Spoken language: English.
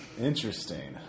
Interesting